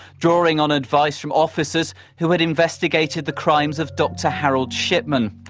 drawing on advice from officers who had investigated the crimes of dr harold shipman.